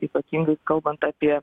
ypatingai kalbant apie